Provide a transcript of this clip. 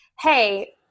hey